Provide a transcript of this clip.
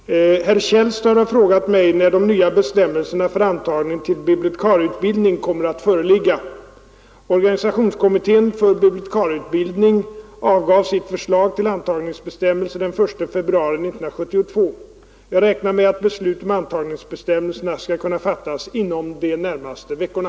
Herr talman! Herr Källstad har frågat mig när de nya bestämmelserna för antagning till bibliotekarieutbildning kommer att föreligga. Organisationskommittén för bibliotekarieutbildning avgav sitt förslag till antagningsbestämmelser den 1 februari 1972. Jag räknar med att beslut om antagningsbestämmelserna skall kunna fattas inom de närmaste veckorna.